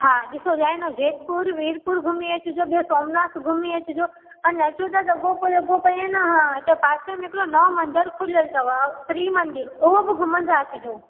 हा ॾिसो छा आहे न जयपुर विरपुर घुमी अचजो ॿियों सोमनाथ घुमी अचजो अने अचो त तव्हां पोइ पई आहे न हा त पासे में न नओ मंदर खुलियल अथव त्री मंदरु उहो बि घुमंदा अचजो